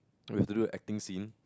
we have to do acting scene